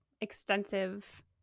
extensive